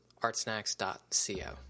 artsnacks.co